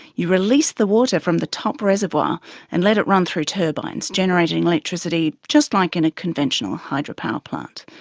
you release the water from the top reservoir and let it run through turbines, generating electricity just like in a conventional hydropower plant.